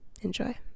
Enjoy